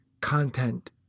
content